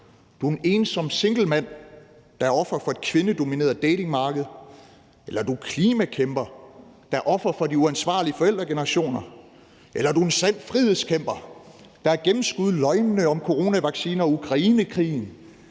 du er en ensom singlemand, der er offer for et kvindedomineret datingmarked; eller du er klimakæmper, der er offer for de uansvarlige forældregenerationer; eller du er en sand frihedskæmper, der har gennemskuet løgnene om coronavacciner og Ukrainekrigen;